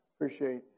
appreciate